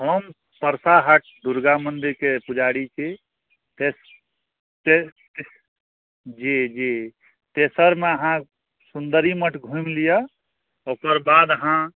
हम परसा हाट दुर्गा मन्दिरके पुजारी छी जी जी तेसरमे अहाँ सुन्दरी मठ घुमि लिअ ओकर बाद अहाँ